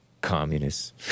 Communists